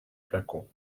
flacon